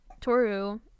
Toru